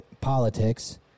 politics